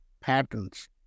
patterns